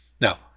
Now